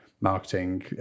marketing